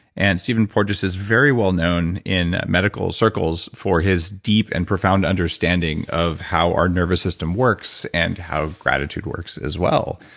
and stephen porges is very well known in medical circles for his deep and profound understanding of how our nervous system works and how gratitude works as well.